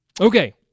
Okay